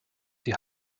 die